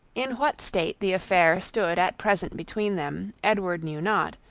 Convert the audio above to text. in what state the affair stood at present between them, edward knew not,